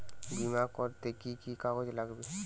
বিমা করতে কি কি কাগজ লাগবে?